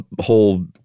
whole